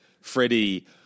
Freddie